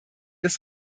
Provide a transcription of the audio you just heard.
des